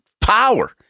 power